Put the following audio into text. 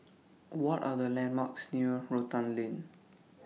What Are The landmarks near Rotan Lane